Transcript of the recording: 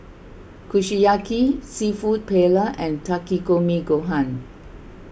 Kushiyaki Seafood Paella and Takikomi Gohan